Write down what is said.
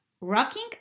rocking